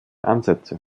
ansätze